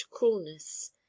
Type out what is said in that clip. cruelness